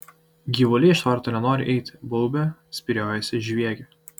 gyvuliai iš tvarto nenori eiti baubia spyriojasi žviegia